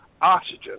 oxygen